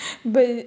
but